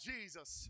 Jesus